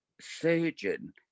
surgeon